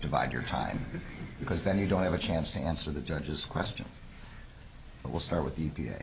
divide your time because then you don't have a chance to answer the judge's questions but we'll start with